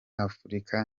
afurika